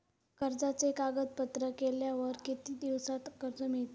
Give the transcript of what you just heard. कर्जाचे कागदपत्र केल्यावर किती दिवसात कर्ज मिळता?